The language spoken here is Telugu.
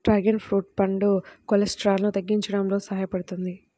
డ్రాగన్ ఫ్రూట్ పండు కొలెస్ట్రాల్ను తగ్గించడంలో సహాయపడుతుంది